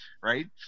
right